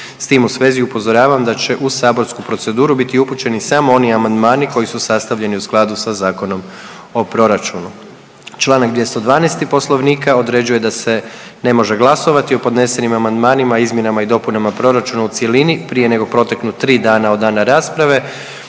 S tim u svezi upozoravam da će u saborsku proceduru biti upućeni samo oni amandmani koji su sastavljeni u skladu sa Zakonom o proračunu. Čl. 212. Poslovnika određuje da se ne može glasovati o podnesenim amandmanima i izmjenama i dopunama proračuna u cjelini prije nego proteknu 3 dana od dana rasprave